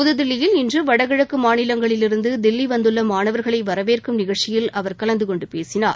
புதுதில்லியில் இன்று வடகிழக்கு மாநிலங்களிலிருந்து தில்லி வந்துள்ள மானவர்களை வரவேற்கும் நிகழ்ச்சியில் அவர் கலந்து கொண்டு பேசினார்